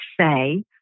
say